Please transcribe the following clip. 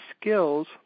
skills